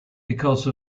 because